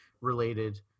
related